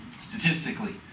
Statistically